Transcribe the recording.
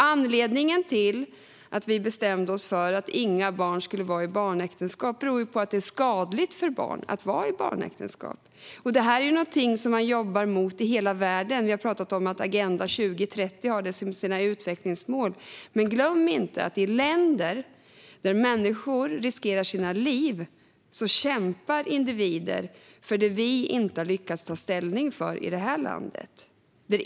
Anledningen till att vi bestämde oss för att inga barn skulle vara i barnäktenskap är att det är skadligt för barn att vara i barnäktenskap. Det här är ju någonting som man jobbar mot i hela världen. Vi har pratat om att Agenda 2030 har detta i sina utvecklingsmål. Men glöm inte att i länder där människor riskerar sina liv kämpar individer för det vi inte har lyckats ta ställning för i det här landet.